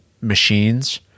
machines